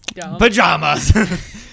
pajamas